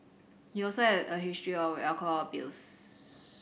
he also had a history of alcohol abuse